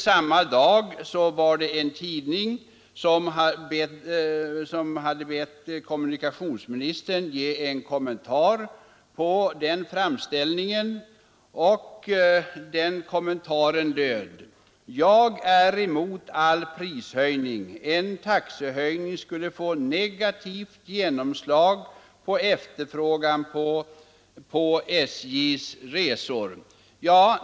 Samma dag hade en tidning bett kommunikationsministern ge en kommentar till denna framställning. Den kommentaren löd: Jag är emot all prishöjning. En taxehöjning skulle få negativt genomslag på efterfrågan på SJ:s resor.